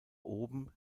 oben